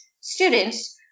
students